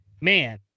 man